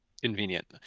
Convenient